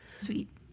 sweet